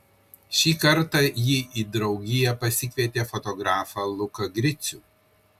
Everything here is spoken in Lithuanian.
šį kartą ji į draugiją pasikvietė fotografą luką gricių